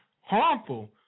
harmful